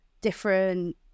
different